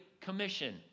commission